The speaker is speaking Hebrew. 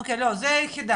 אוקיי, לא זה היחידה.